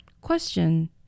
Question